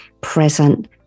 present